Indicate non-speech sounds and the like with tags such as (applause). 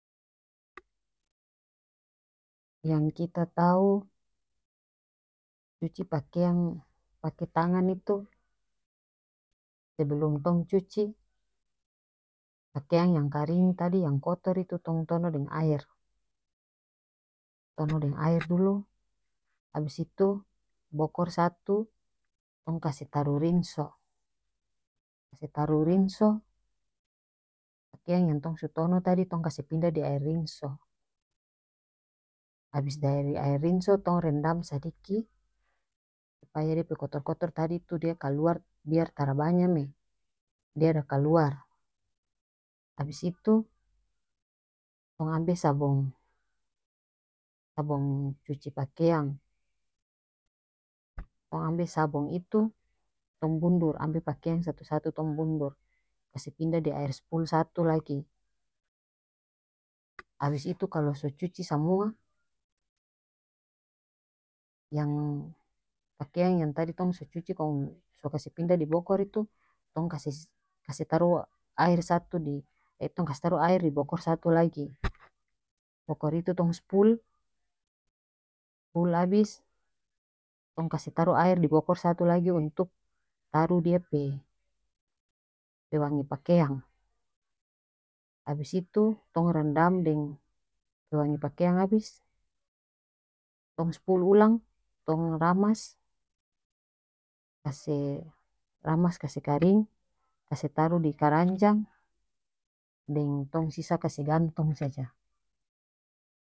(noise) yang kita tau cuci pakeang pake tangan itu sebelum tong cuci pakeang yang karing tadi yang kotor tu tong tonoh deng aer tonoh (noise) deng (noise) aer dulu abis itu bokor satu tong kase taruh rinso kase taruh rinso pakeang yang tong so tonoh tadi tong kase pindah di aer rinso abis dari aer rinso tong rendam sadiki supaya dia pe kotor kotor tadi tu dia kaluar biar tara banya me dia ada kaluar abis itu tong ambe sabong sabong cuci pakeang (noise) tong ambe sabong itu tong bundur ambe pakeang satu satu tong bundur kase pindah di aer spul satu lagi (noise) abis itu kalo so cuci samua yang pakeang yang tadi tong so cuci kong so kase pindah di bokor itu tong kase kase taruh aer satu di (hesitation) tong kase taru aer di bokor satu lagi (noise) bokor itu tong spul spul abis tong kase taruh aer di bokor satu lagi untuk taruh dia pe pewangi pakeang (noise) abis itu tong rendam deng pewangi pakeang abis tong spul ulang tong ramas kase ramas kase karing kase taruh di karanjang deng tong sisa kase gantong saja.